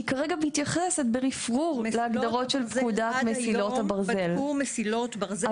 היא כרגע מתייחסת ברפרוף להגדרות של פקודת מסילות הברזל.